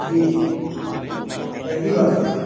جی جی پہلی بار ہے